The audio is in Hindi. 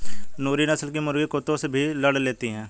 नूरी नस्ल की मुर्गी कुत्तों से भी लड़ लेती है